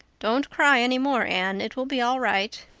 don't cry any more, anne. it will be all right.